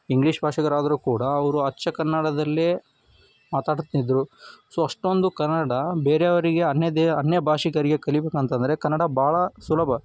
English ಭಾಷಿಗರಾದರೂ ಕೂಡ ಅವರು ಅಚ್ಚ ಕನ್ನಡದಲ್ಲೇ ಮಾತಾಡ್ತಿದ್ರು ಸೊ ಅಷ್ಟೊಂದು ಕನ್ನಡ ಬೇರೆಯವರಿಗೆ ಅನ್ಯ ಅನ್ಯ ಭಾಷಿಗರಿಗೆ ಕಲೀಬೇಕು ಅಂತಂದರೆ ಕನ್ನಡ ಭಾಳ ಸುಲಭ